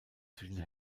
zwischen